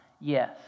yes